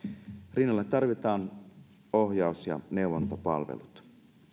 rinnalle tarvitaan ohjaus ja neuvontapalvelut